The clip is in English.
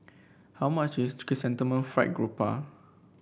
how much is Chrysanthemum Fried Garoupa